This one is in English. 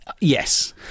Yes